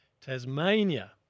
Tasmania